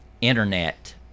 Internet